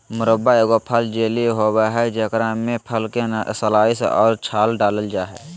मुरब्बा एगो फल जेली होबय हइ जेकरा में फल के स्लाइस और छाल डालय हइ